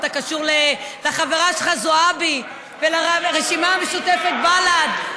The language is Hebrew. אתה קשור לחברה שלך זועבי ולרשימה המשותפת, בל"ד.